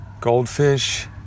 goldfish